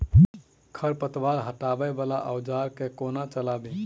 खरपतवार हटावय वला औजार केँ कोना चलाबी?